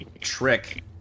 trick